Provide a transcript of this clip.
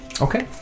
Okay